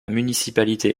municipalité